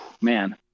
Man